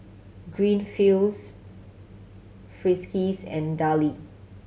Greenfields Friskies and Darlie